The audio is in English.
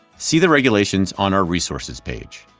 see the regulations on our resources page.